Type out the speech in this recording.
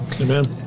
Amen